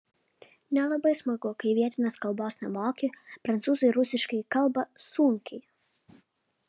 nelabai smagu kai vietinės kalbos nemoki prancūzai rusiškai kalba sunkiai